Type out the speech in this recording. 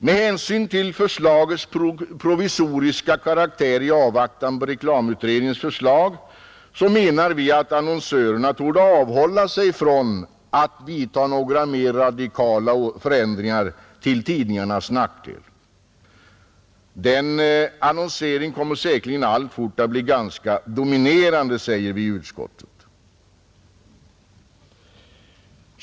Med hänsyn till förslagets provisoriska karaktär i avvaktan på reklamutredningens förslag så menar vi att annonsörerna torde avhålla sig från att vidta några mer radikala förändringar till tidningarnas nackdel. Den annonseringen kommer säkert alltfort att bli ganska dominerande, säger vi i utskottet.